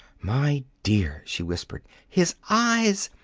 my dear, she whispered, his eyes!